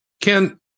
Ken